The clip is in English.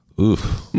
Oof